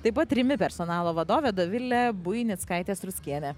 taip pat rimi personalo vadovė dovilė buinickaitė struckienė